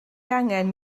angen